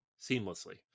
seamlessly